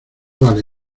vale